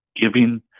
giving